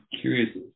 curious